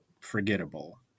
forgettable